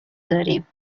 داریم